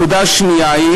נקודה שנייה: